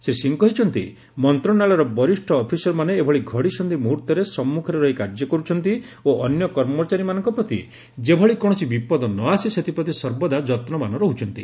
ଶ୍ରୀ ସିଂହ କହିଛନ୍ତି ମନ୍ତ୍ରଣାଳୟର ବରିଷ୍ଣ ଅଫିସରମାନେ ଏଭଳି ଘଡ଼ିସନ୍ଧି ମୁହର୍ତ୍ତରେ ସମ୍ମୁଖରେ ରହି କାର୍ଯ୍ୟ କର୍ଚ୍ଛନ୍ତି ଓ ଅନ୍ୟ କର୍ମଚାରୀମାନଙ୍କ ପ୍ରତି ଯେଭଳି କୌଣସି ବିପଦ ନ ଆସେ ସେଥିପ୍ରତି ସର୍ବଦା ଯତ୍ରବାନ ରହ୍ଚନ୍ତି